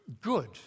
good